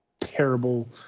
terrible